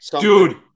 Dude